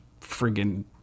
friggin